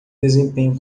desempenho